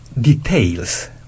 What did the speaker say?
details